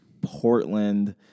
Portland